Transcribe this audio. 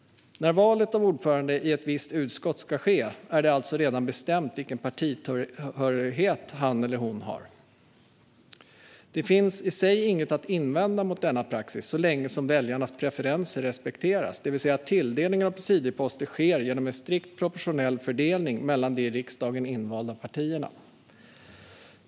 När valet av ordförande i ett visst utskott ska ske är det alltså redan bestämt vilken partitillhörighet han eller hon har. Det finns i sig inget att invända mot denna praxis, så länge som väljarnas preferenser respekteras, det vill säga att tilldelningen av presidieposter sker genom en strikt proportionell fördelning mellan de i riksdagen invalda partierna.